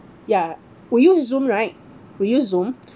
ya we use zoom right we use zoom